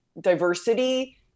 diversity